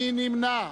מי נמנע?